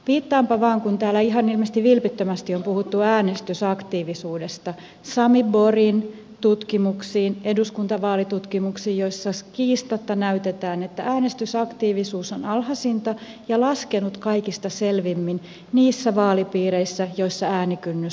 viittaanpa vain kun täällä ilmeisesti ihan vilpittömästi on puhuttu äänestysaktiivisuudesta sami borgin tutkimuksiin eduskuntavaalitutkimuksiin joissa kiistatta näytetään että äänestysaktiivisuus on alhaisinta ja laskenut kaikista selvimmin niissä vaalipiireissä joissa äänikynnys on korkein